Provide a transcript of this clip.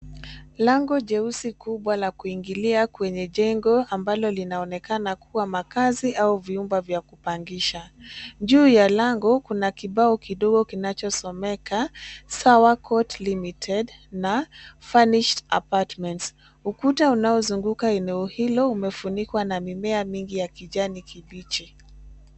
Lango jeusi kubwa la kuingilia kwenye jengo ambalo linaonekana kuwa makaazi au vyumba vya kupangisha. Juu ya lango kuna kibao kidogo kinachosomeka Sawa court limited na furnished apartments .Ukuta unaozunguka eneo hilo umefunikwa na mimea mingi ya kijani kibichi.